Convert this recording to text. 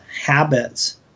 habits